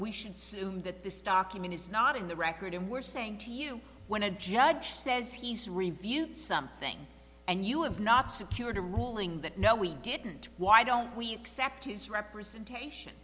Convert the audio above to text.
we should soon that this document is not in the record and we're saying to you when a judge says he's reviewed something and you have not secured a ruling that no we didn't why don't we accept his representation